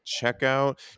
checkout